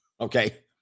okay